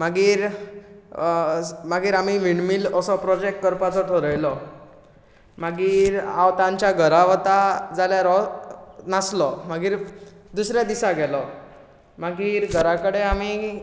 मागीर अ मागीर आमी विंडमील असो प्रोजेक्ट करपाचो थरयलो मागीर हांव तांच्या घरा वतां जाल्यार हो नासलो मागीर दुसऱ्या दिसा गेलो मागीर घराकडे आमी